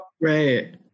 right